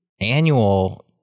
annual